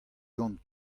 gant